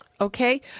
Okay